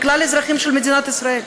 לכלל האזרחים של מדינת ישראל.